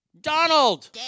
Donald